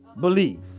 believe